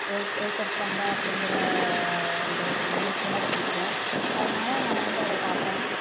ஏற் ஏற்படுத்துறாங்க அப்படிங்கிற அந்த நிகழ்ச்சி எல்லாம் பிடிக்கும் அதனால நான் வந்து அதை பார்ப்பேன்